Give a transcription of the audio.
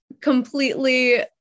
completely